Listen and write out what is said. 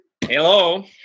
Hello